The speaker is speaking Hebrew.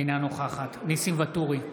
אינה נוכחת ניסים ואטורי,